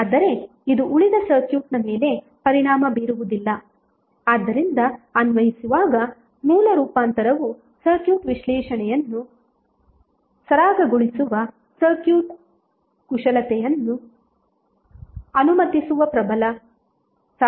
ಆದರೆ ಇದು ಉಳಿದ ಸರ್ಕ್ಯೂಟ್ನ ಮೇಲೆ ಪರಿಣಾಮ ಬೀರುವುದಿಲ್ಲ ಆದ್ದರಿಂದ ಅನ್ವಯಿಸುವಾಗ ಮೂಲ ರೂಪಾಂತರವು ಸರ್ಕ್ಯೂಟ್ ವಿಶ್ಲೇಷಣೆಯನ್ನು ಸರಾಗಗೊಳಿಸುವ ಸರ್ಕ್ಯೂಟ್ ಕುಶಲತೆಯನ್ನು ಅನುಮತಿಸುವ ಪ್ರಬಲ ಸಾಧನವಾಗಿದೆ